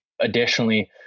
Additionally